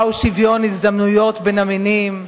מהו שוויון הזדמנויות בין המינים,